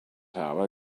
hour